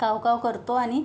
काव काव करतो आणि